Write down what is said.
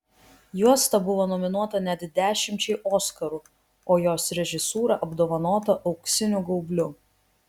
juosta buvo nominuota net dešimčiai oskarų o jos režisūra apdovanota auksiniu gaubliu